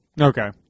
Okay